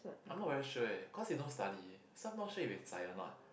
I'm not very sure eh cause they don't study so I'm not sure if they zai or not